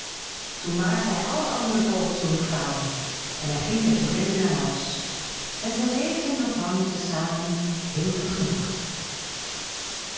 toen maakte hij al de andere vogels jonkvrouwen en hij ging met jorinde naar huis en zij leefden nog lang te zamen heel